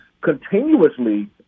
continuously –